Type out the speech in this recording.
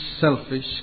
selfish